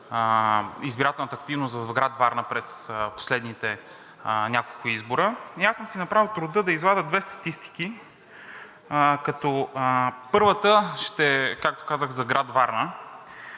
избирателната активност в град Варна през последните няколко избора и аз съм си направил труда да извадя две статистики, като първата ще е, както казах, за град Варна.